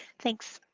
thanks.